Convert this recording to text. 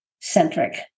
centric